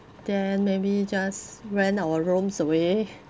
then maybe just rent our rooms away